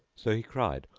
so he cried,